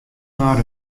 mar